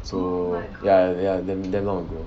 so ya damn damn long ago